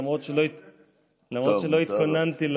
למרות שלא התכוננתי,